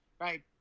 right